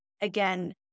again